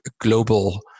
global